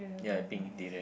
ya pink interior